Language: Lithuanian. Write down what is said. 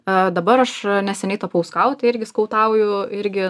aa dabar aš neseniai tapau skautė irgi skautauju irgi